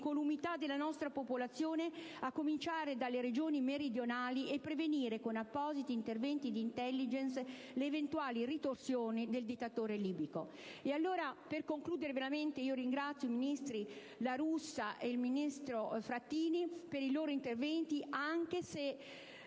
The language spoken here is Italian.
l'incolumità della nostra popolazione, a cominciare dalle Regioni meridionali, e prevenire, con appositi interventi di *intelligence* le eventuali ritorsioni del dittatore libico. In conclusione, ringrazio i ministri La Russa e Frattini per i loro interventi anche se